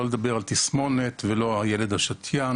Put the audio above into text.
לא לדבר על תסמונת ולא על הילד השתיין,